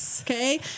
Okay